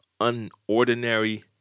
unordinary